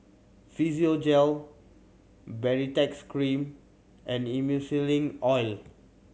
Physiogel Baritex Cream and Emulsying Ointment